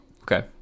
okay